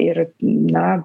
ir na